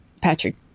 Patrick